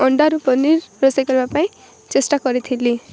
ଅଣ୍ଡାରୁ ପନିର ରୋଷେଇ କରିବା ପାଇଁ ଚେଷ୍ଟା କରିଥିଲି